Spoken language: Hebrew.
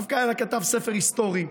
הרב כהנא כתב ספר היסטורי.